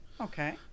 Okay